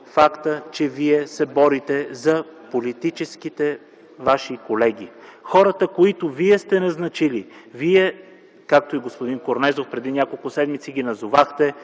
че Вие се борите за политическите Ваши колеги – хората, които Вие сте назначили. Вие, както и господин Корнезов преди няколко седмици, ги назовахте